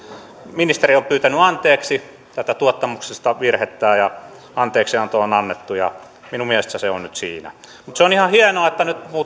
ministeri on pyytänyt anteeksi tätä tuottamuksellista virhettään ja anteeksianto on annettu ja minun mielestäni se on nyt siinä mutta se on ihan hienoa että nyt